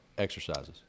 Exercises